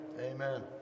Amen